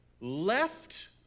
left